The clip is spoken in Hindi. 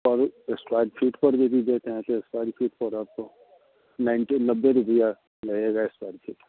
पर स्क्वायर फीट पर भी यदि देते हैं तो स्क्वायर फीट पर आपको नाइन्टी नब्बे रुपया लगेगा स्क्वायर फीट